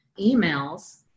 Emails